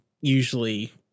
usually